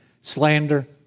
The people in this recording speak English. slander